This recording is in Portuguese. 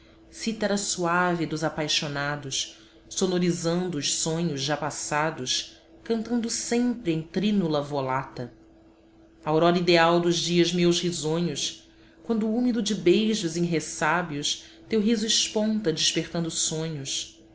cítara suave dos apaixonados sonorizando os sonhos já passados cantando sempre em trínula volata aurora ideal dos dias meus risonhos quando úmido de beijos em ressábios teu riso esponta despertando sonhos